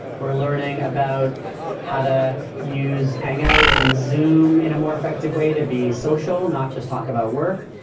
we're learning about how to use hangouts and zoom in a more effective way to be social. not just talk about work.